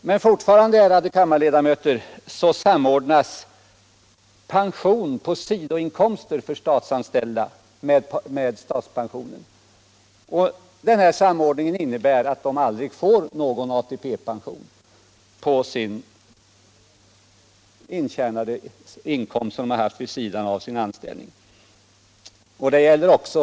Men fortfarande, ärade kammarledamöter, samordnas pension på sidoinkomster för statsanställda med statspensionen. Denna samordning innebär att de aldrig får ATP-pension på den inkomst som de haft vid sidan av sin anställning. Även t.ex.